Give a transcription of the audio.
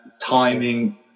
Timing